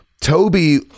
Toby